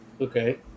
okay